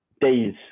days